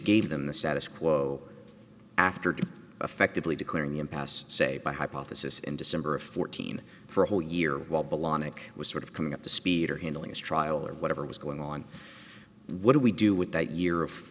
gave them the status quo after to effectively declaring the impasse say by hypothesis in december of fourteen for a whole year while blahnik was sort of coming up to speed or handling this trial or whatever was going on what do we do with that year of